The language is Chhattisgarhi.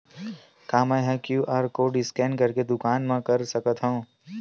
का मैं ह क्यू.आर कोड स्कैन करके दुकान मा कर सकथव?